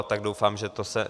Tak doufám, že to se...